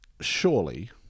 surely